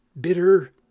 bitter